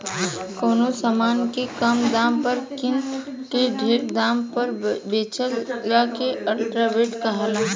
कवनो समान के कम दाम पर किन के ढेर दाम पर बेचला के आर्ब्रिट्रेज कहाला